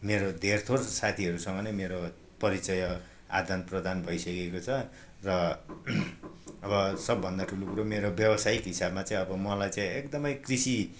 मेरो धेर थोर साथीहरूसँग नै मेरो परिचय आदान प्रदान भइसकेको छ र अब सबभन्दा ठुलो कुरो मेरो व्यवसायिक हिसाबमा चाहिँ अब मलाई चाहिँ एकदमै कृषि